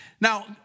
Now